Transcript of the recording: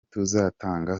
tuzatanga